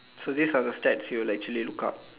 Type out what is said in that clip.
so this are the stats that you'll actually look up